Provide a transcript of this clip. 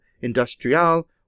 Industrial